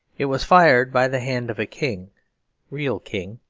it was fired by the hand of a king real king,